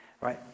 right